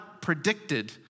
predicted